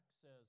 says